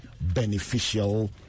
beneficial